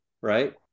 Right